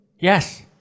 Yes